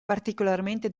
particolarmente